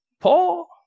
Paul